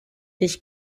his